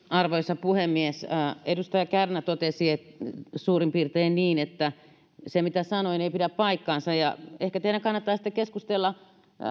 arvoisa puhemies edustaja kärnä totesi suurin piirtein niin että se mitä sanoin ei pidä paikkaansa ehkä teidän kannattaa sitten keskustella